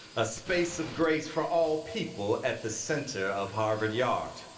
a space of grace for all people at the center of harvard yard.